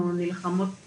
אתם תבדקו את זה